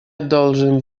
должен